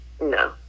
No